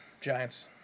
Giants